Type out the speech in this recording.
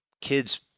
kids